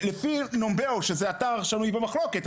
לפי נמבאו שזה אתר שנוי במחלוקת,